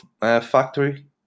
factory